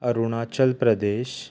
Arunachal Pradesh